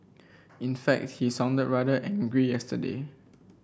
in fact he sounded rather angry yesterday